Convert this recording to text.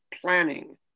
planning